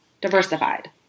diversified